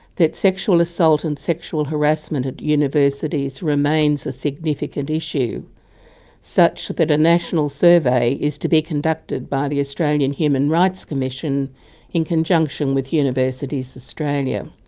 that sexual assault and sexual harassment at universities remains a significant issue such that a national survey is to be conducted by the australian human rights commission in conjunction with universities australia.